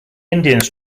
indians